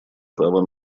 права